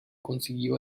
consiguió